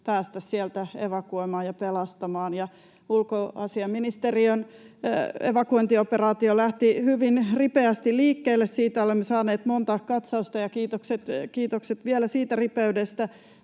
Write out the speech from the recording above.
päästä sieltä evakuoimaan ja pelastamaan. Ulkoasiainministeriön evakuointioperaatio lähti hyvin ripeästi liikkeelle, siitä olemme saaneet monta katsausta — kiitokset vielä siitä ripeydestä.